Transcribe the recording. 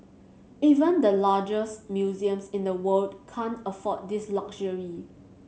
even the largest museums in the world can't afford this luxury